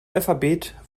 alphabet